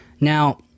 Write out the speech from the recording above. Now